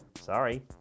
Sorry